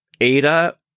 Ada